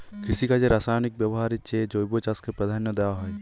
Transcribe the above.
কৃষিকাজে রাসায়নিক ব্যবহারের চেয়ে জৈব চাষকে প্রাধান্য দেওয়া হয়